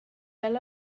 fel